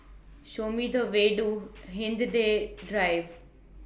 Show Me The Way to Hindhede Drive